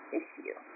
issue